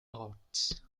odds